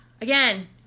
again